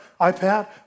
iPad